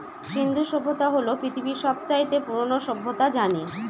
সিন্ধু সভ্যতা হল পৃথিবীর সব চাইতে পুরোনো সভ্যতা জানি